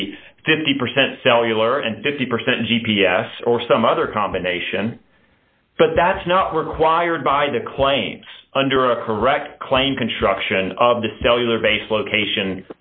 be fifty percent cellular and fifty percent g p s or some other combination but that's not required by the claims under a correct claim construction of the cellular base location